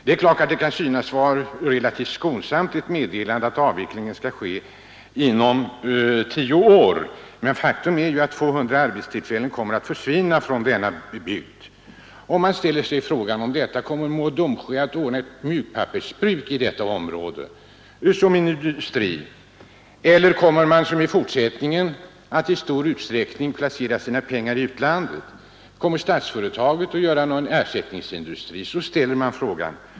Det kan synas vara ett relativt skonsamt meddelande att avvecklingen skall ske inom tio år, men faktum är att 200 arbetstillfällen kommer att försvinna från denna bygd. Man ställer sig frågan: Kommer Mo och Domsjö att ordna ett mjukpappersbruk i detta område, eller kommer företaget i fortsättningen att i stor utsträckning placera sina pengar i utlandet? Kommer Statsföretag att skapa någon ersättningsindustri?